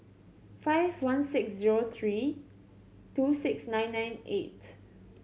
five one six zero three two six nine nine eight